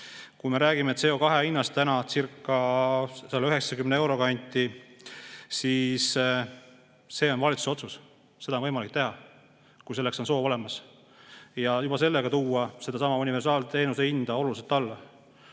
Kui me räägime täna CO2hinnast, mis jääb 190 euro kanti, siis see on valitsuse otsus. Seda on võimalik teha, kui selleks on soov olemas, ja juba sellega tuua universaalteenuse hinda oluliselt alla.